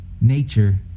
nature